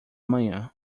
manhã